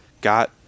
got